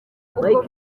ubwo